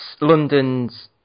London's